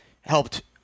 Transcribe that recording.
helped